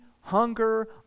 hunger